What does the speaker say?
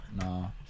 No